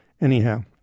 Anyhow